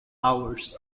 hours